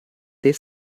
did